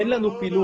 אין לנו פילוח.